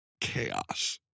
chaos